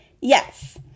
yes